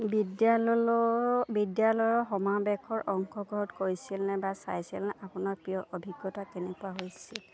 বিদ্যাললৈ বিদ্যালয়ৰ সমাৱেশৰ অংশগ্ৰহত কৰিছিলনে বা চাইছিলনে আপোনাৰ প্ৰিয় অভিজ্ঞতা কেনেকুৱা হৈছে